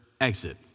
exit